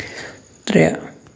ترٛےٚ